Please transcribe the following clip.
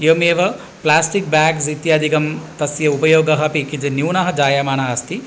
एवमेव plastic bags इत्यादिकं तस्य उपयोगः अपि किञ्चित् न्यूनः जायमानः अस्ति